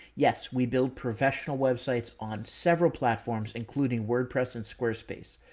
yes. we build professional websites on several platforms including wordpress and squarespace.